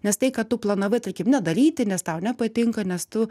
nes tai ką tu planavai tarkim nedaryti nes tau nepatinka nes tu